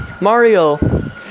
Mario